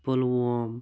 Pulwama